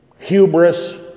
Hubris